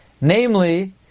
Namely